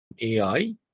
AI